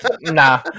nah